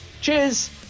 Cheers